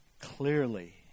clearly